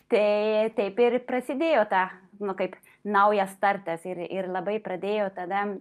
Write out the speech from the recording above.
tai taip ir prasidėjo ta nu kaip naujas startas ir ir labai pradėjo tada